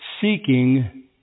seeking